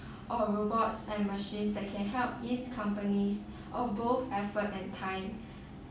or robots and machines that can help these companies of both effort and time